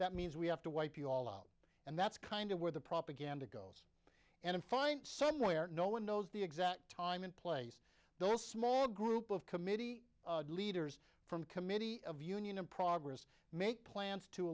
that means we have to wipe you all out and that's kind of where the propaganda goes and find somewhere no one knows the exact time and place those small group of committee leaders from committee of union and progress make plans to